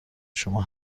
شما